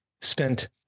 spent